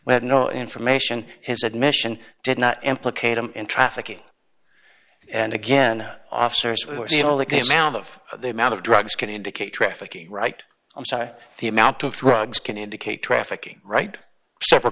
we had no information his admission did not implicate him in trafficking and again officers were people that came out of the amount of drugs can indicate trafficking right i'm sorry the amount to drugs can indicate trafficking right several